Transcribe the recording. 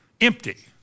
empty